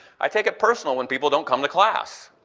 i take it personal when people don't come to class.